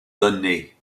données